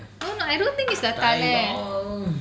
no no I don't think is the Thala